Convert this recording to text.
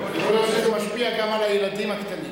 יכול להיות שזה משפיע גם על הילדים הקטנים,